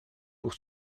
pour